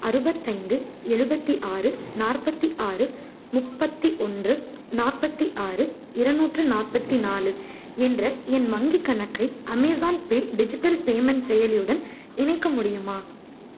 அறுபத்தைந்து எழுபத்தி ஆறு நாற்பத்தி ஆறு முப்பத்தி ஒன்று நாற்பத்தி ஆறு இரநூற்றி நாற்பத்தி நாலு என்ற என் வங்கிக் கணக்கை அமேஸான் பே டிஜிட்டல் பேமெண்ட் செயலியுடன் இணைக்க முடியுமா